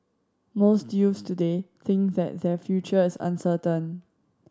most youths today think that their future is uncertain